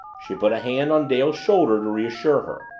she put a hand on dale's shoulder to reassure her.